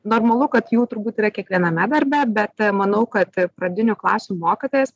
normalu kad jų turbūt yra kiekviename darbe bet manau kad pradinių klasių mokytojas